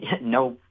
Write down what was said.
no